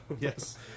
Yes